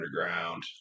underground